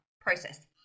process